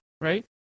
Right